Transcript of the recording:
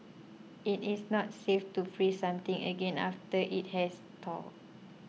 it is not safe to freeze something again after it has thawed